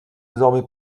désormais